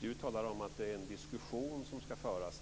Sahlberg talar om att det skall föras en diskussion.